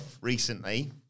recently